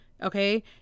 Okay